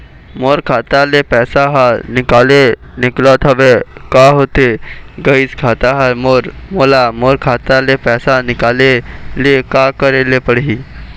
मोर खाता ले पैसा हर निकाले निकलत हवे, का होथे गइस खाता हर मोर, मोला मोर खाता ले पैसा निकाले ले का करे ले पड़ही?